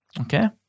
Okay